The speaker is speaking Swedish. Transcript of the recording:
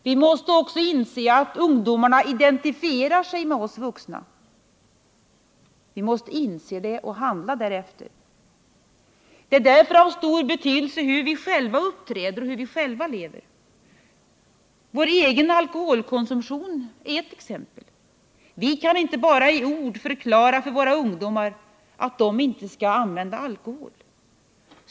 Vi måste också inse att ungdomarna identifierar sig med oss vuxna. Vi måste inse detta och handla därefter. Det har därför stor betydelse hur vi själva uppträder och hur vi själva lever. Vår egen alkoholkonsumtion är ett exempel. Vi kan inte bara i ord förklara för våra ungdomar att de inte skall använda alkohol.